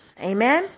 Amen